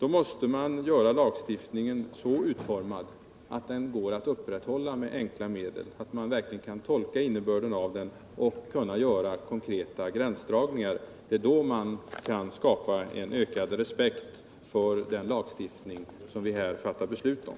måste lagstiftningen utformas så att det går att upprätthålla den med enkla medel och så att man verkligen kan tolka innebörden av den och kan göra konkreta gränsdragningar. Det är då man skapar ökad respekt för den lagstiftning som vi här fattar beslut om.